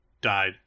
died